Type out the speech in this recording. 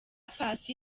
paccy